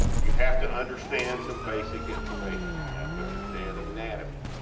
you have to understand some basic information, you have to understand and anatomy,